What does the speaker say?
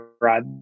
Rod